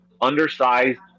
undersized